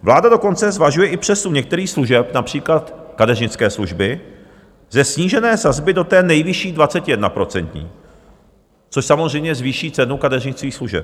Vláda dokonce zvažuje i přesun některých služeb, například kadeřnické služby, ze snížené sazby do té nejvyšší, 21procentní, což samozřejmě zvýší cenu kadeřnických služeb.